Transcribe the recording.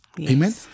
Amen